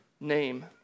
name